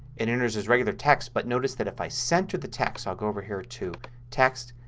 it enters as regular text but notice that if i center the text, i'll go over here to text,